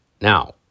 now